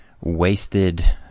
wasted